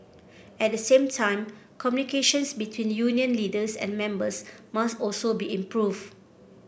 at the same time communications between union leaders and members must also be improved